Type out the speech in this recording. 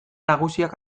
nagusiak